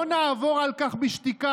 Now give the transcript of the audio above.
לא נעבור על כך בשתיקה.